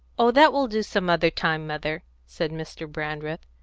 oh, that will do some other time, mother, said mr. brandreth.